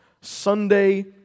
Sunday